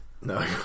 No